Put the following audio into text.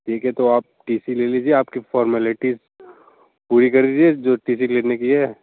ठीक है तो आप टि सी ले लीजिए आपकी फौरमैलिटीस पूरी कर दीजिए जो टि सी लेने के लिए हैं